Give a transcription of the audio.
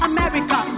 America